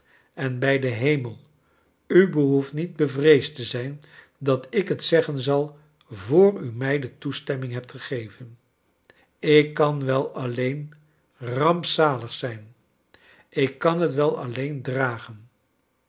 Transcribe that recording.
en bij den he j mel u behoeft niet bevreesd te zijn dat ik het zeggen zal voor u mij de toestemming hebt gegeven ik kan j wel alleen rarnpzalig zijn ik kan het wel alleen dragen